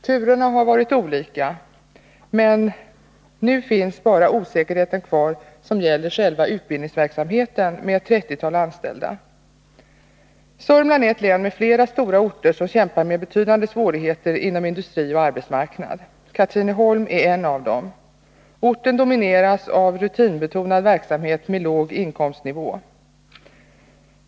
Turerna har varit många, men den osäkerhet som nu finns kvar gäller bara själva utbildningsverksamheten med ett trettiotal anställda. Sörmland är ett län med flera stora orter som kämpar med betydande svårigheter när det gäller industri och arbetsmarknad. Katrineholm är en av dem. Orten domineras av rutinbetonad verksamhet med låg inkomstnivå.